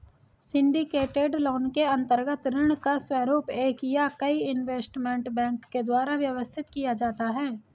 syndicated loan के अंतर्गत ऋण का स्वरूप एक या कई इन्वेस्टमेंट बैंक के द्वारा व्यवस्थित किया जाता है